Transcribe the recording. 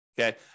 Okay